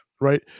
right